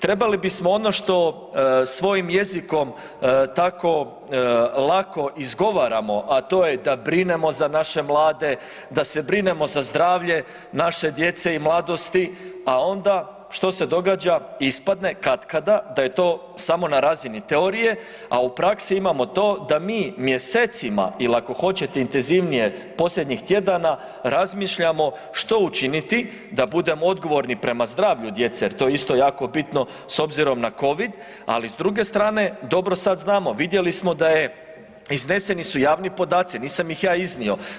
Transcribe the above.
Trebali bismo ono što svojim jezikom tako lako izgovaramo, a to je da brinemo za naše mlade, da se brinemo za zdravlje naše djece i mladosti, a onda, što se događa, ispadne katkada da je to samo na razini teorije, a u praksi imamo to da mi mjesecima ili ako hoćete, intenzivnije, posljednjih tjedana, razmišljamo što učiniti da budemo odgovorni prema zdravlju djece jer to je isto jako bitno s obzirom na Covid, ali s druge strane, dobro sad znamo, vidjeli smo da je, izneseni su javni podaci, nisam ih ja iznio.